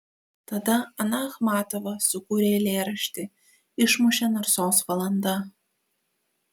tada ana achmatova sukūrė eilėraštį išmušė narsos valanda